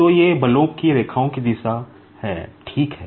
तो ये बलों की रेखाओं की दिशा हैं ठीक है